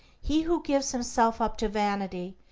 he who gives himself up to vanity,